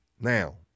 Now